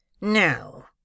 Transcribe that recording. No